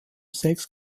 sex